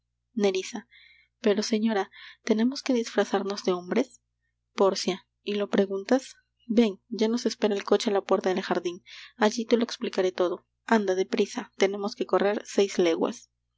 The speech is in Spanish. pero señora tenemos que disfrazarnos de hombres pórcia y lo preguntas ven ya nos espera el coche á la puerta del jardin allí te lo explicaré todo anda deprisa que tenemos que correr seis leguas